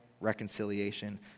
reconciliation